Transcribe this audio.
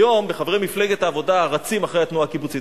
היום חברי מפלגת העבודה רצים אחרי התנועה הקיבוצית.